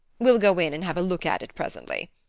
we'll go in and have a look at it presently.